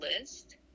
list